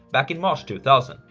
back in march two thousand,